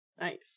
Nice